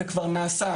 זה כבר נעשה,